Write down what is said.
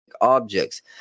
objects